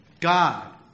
God